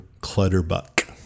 Clutterbuck